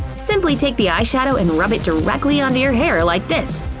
simply take the eyeshadow and rub it directly onto your hair like this.